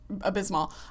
abysmal